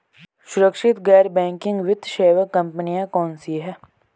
सुरक्षित गैर बैंकिंग वित्त सेवा कंपनियां कौनसी हैं?